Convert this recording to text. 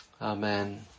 Amen